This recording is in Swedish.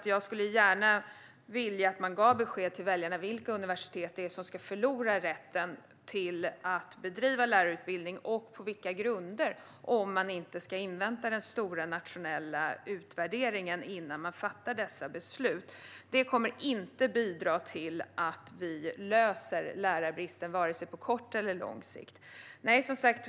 Jag skulle gärna vilja att man gav besked till väljarna om vilka universitet det är som ska förlora rätten att bedriva lärarutbildning och på vilka grunder detta sker om man inte ska invänta den stora nationella utvärderingen innan man fattar dessa beslut. Det kommer inte att bidra till att vi löser problemet med lärarbristen på vare sig kort eller lång sikt.